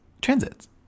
transits